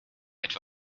etwa